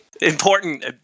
Important